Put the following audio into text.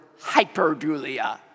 hyperdulia